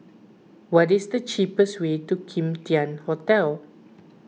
what is the cheapest way to Kim Tian Hotel